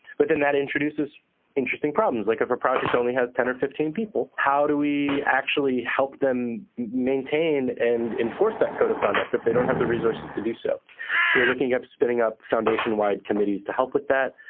but then that introduces interesting problems. like, if a project only has ten or fifteen people, how do we actually help them maintain and enforce that code of conduct, if they don't have the resources to do so? so we're looking up spinning up foundation-wide committees to help with that.